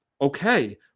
Okay